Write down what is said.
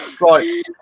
Right